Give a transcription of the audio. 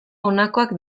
honakoak